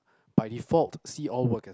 by default see all work